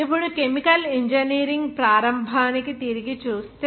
ఇప్పుడు chemical engineering ప్రారంభానికి తిరిగి చూస్తే